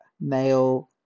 male